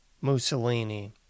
Mussolini